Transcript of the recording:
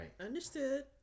Understood